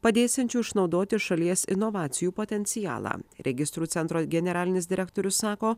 padėsiančių išnaudoti šalies inovacijų potencialą registrų centro generalinis direktorius sako